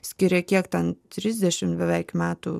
skiria kiek ten trisdešimt beveik metų